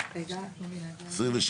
התשפ"ג-2023